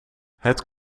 het